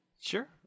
Sure